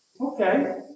okay